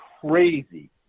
crazy